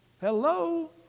Hello